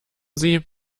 sie